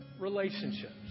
relationships